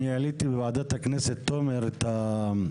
אני עליתי בוועדת הכנסת את התהייה,